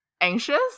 anxious